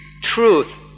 truth